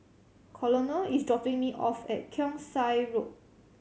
Colonel is dropping me off at Keong Saik Road